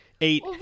eight